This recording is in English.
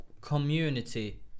community